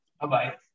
Bye-bye